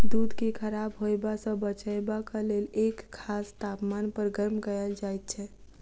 दूध के खराब होयबा सॅ बचयबाक लेल एक खास तापमान पर गर्म कयल जाइत छै